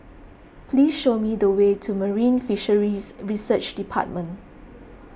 please show me the way to Marine Fisheries Research Department